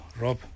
Rob